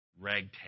ragtag